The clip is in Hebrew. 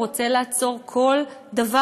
הוא רוצה לעצור כל דבר,